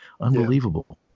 Unbelievable